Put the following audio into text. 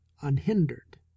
unhindered